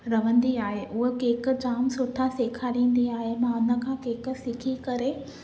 रहंदी आहे उहा केक जामु सुठा सेखारींदी आहे मां उन खां केक सिखी करे